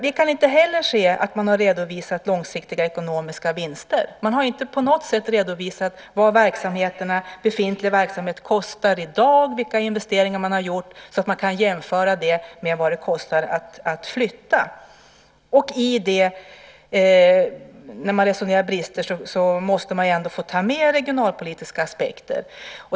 Vi kan inte heller se att man har redovisat långsiktiga ekonomiska vinster. Man har inte på något sätt redovisat vad befintlig verksamhet kostar i dag, vilka investeringar som gjorts så att det går att jämföra med vad det kostar att flytta. När man resonerar om brister måste man ta med regionalpolitiska aspekter.